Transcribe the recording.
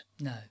No